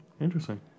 Interesting